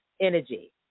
energy